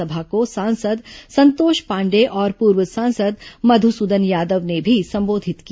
सभा को सांसद संतोष पांडेय और पूर्व सांसद मधुसूदन यादव ने भी संबोधित किया